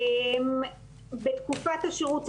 בתקופת השירות,